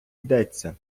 йдеться